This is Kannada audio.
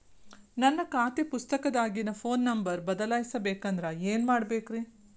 ನನ್ನ ಖಾತೆ ಪುಸ್ತಕದಾಗಿನ ಫೋನ್ ನಂಬರ್ ಬದಲಾಯಿಸ ಬೇಕಂದ್ರ ಏನ್ ಮಾಡ ಬೇಕ್ರಿ?